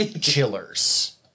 chillers